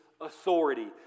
authority